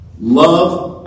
Love